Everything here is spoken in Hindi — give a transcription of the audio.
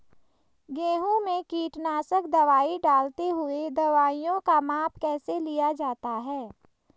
गेहूँ में कीटनाशक दवाई डालते हुऐ दवाईयों का माप कैसे लिया जाता है?